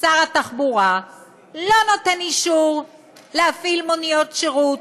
שר התחבורה לא נותן אישור להפעיל מוניות שירות.